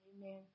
amen